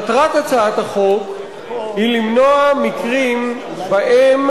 מטרת הצעת החוק היא למנוע מקרים שבהם